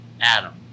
Adam